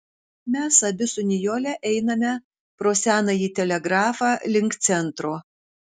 mes abi su nijole einame pro senąjį telegrafą link centro